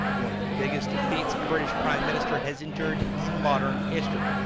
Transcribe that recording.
one of the biggest defeats a british prime minister has endured in modern history,